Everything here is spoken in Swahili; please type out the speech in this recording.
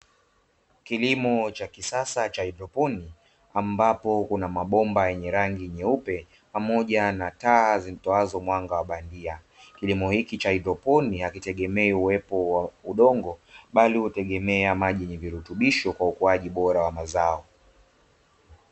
Kilimo cha kisasa cha haidroponi ambapo kuna mabomba yenye rangi nyeupe pamoja na taa zitoazo mwanga wa bandia. Kilimo hiki cha haidroponi hakitegemei uwepo wa udongo bali hutegemea maji yenye virutubisho kwa ukuaji bora wa mazao.